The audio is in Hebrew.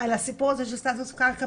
על הסיפור הזה של סטטוס קרקע,